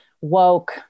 woke